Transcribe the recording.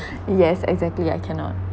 yes exactly I cannot